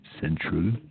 central